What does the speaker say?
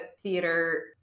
theater